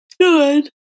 Good